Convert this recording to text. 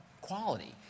quality